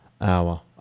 Hour